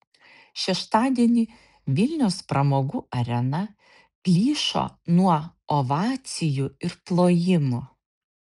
šeštadienį vilniaus pramogų arena plyšo nuo ovacijų ir plojimų